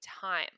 time